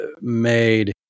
made